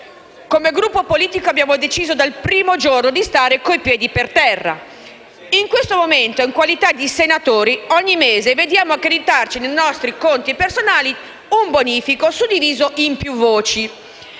Come Gruppo politico abbiamo deciso dal primo giorno di stare con i piedi per terra. In questo momento, in qualità di senatori, ogni mese vediamo accreditarci sui nostri conti personali un bonifico suddiviso in più voci.